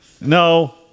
No